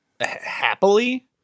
happily